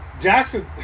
Jackson